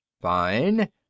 fine